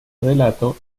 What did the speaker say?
relato